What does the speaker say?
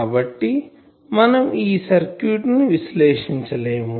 కాబట్టి మనం ఈ సర్క్యూట్ ని విశ్లేషించలేము